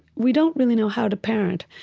we don't really know how to parent,